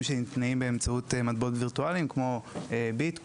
שניתנים באמצעות מטבעות וירטואליים כמו ביט קוין,